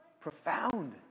profound